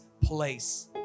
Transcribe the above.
place